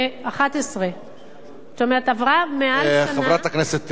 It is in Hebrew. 2011. זאת אומרת עברה מאז שנה, חברת הכנסת תירוש,